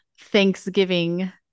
Thanksgiving